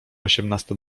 osiemnasta